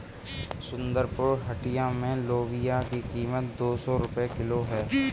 सुंदरपुर हटिया में लोबिया की कीमत दो सौ रुपए किलो है